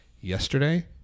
yesterday